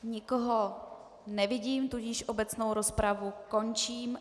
Nikoho nevidím, tudíž obecnou rozpravu končím.